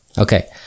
Okay